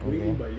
okay